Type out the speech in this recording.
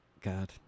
God